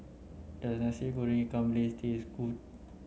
does Nasi Goreng Ikan Bilis taste good